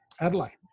Adelaide